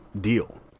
deal